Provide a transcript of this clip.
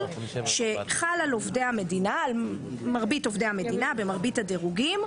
שחל על מרבית עובדי המדינה במרבית הדירוגים,